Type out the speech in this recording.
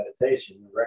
meditation